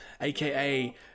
aka